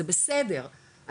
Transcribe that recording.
זה בסדר,